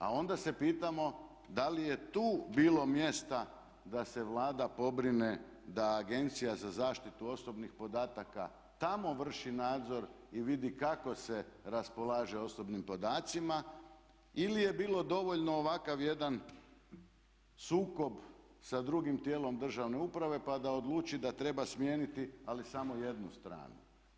A onda se pitamo da li je tu bilo mjesta da se Vlada pobrine da Agencija za zaštitu osobnih podataka tamo vrši nadzor i vidi kako se raspolaže osobnih podacima ili je bilo dovoljno ovakav jedan sukob sa drugim tijelom državne uprave pa da odluči da treba smijeniti ali samo jednu stranu.